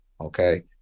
okay